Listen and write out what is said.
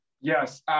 Yes